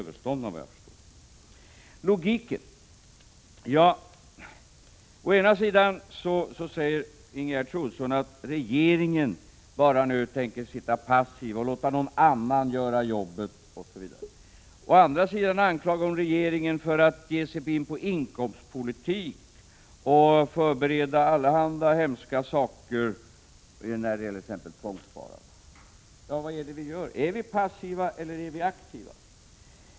Beträffande logiken: Å ena sidan säger Ingegerd Troedsson att regeringen bara tänker sitta passiv och låta någon annan göra jobbet osv. Men å andra sidan anklagar hon regeringen för att ge sig in på inkomstpolitik och förbereda allehanda hemskheter i fråga om t.ex. tvångssparande. Jag frågar: Är vi passiva eller aktiva?